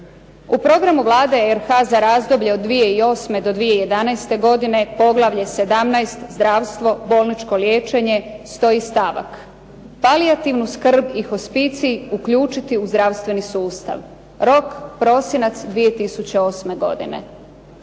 U programu Vlade RH za razdoblje od 2008. do 2011. godine poglavlje 17. – Zdravstvo, bolničko liječenje stoji stavak. Palijativnu skrb i hospicij uključiti u zdravstveni sustav, rok: prosinac 2008. godine.